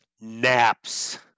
Naps